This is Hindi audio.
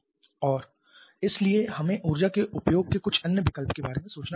और इसलिए हमें ऊर्जा के उपयोग के कुछ अन्य विकल्प के बारे में सोचना पड़ सकता है